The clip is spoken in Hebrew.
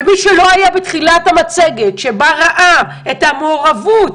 ומי שלא היה בתחילת המצגת, שבא ראו את המעורבות